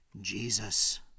Jesus